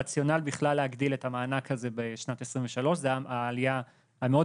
הרציונל בכלל להגדיל את המענק הזה בשנת 2023 זה העלייה המאוד